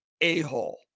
a-hole